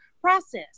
process